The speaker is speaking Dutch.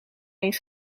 eens